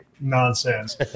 nonsense